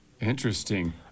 Interesting